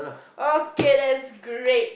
okay that's great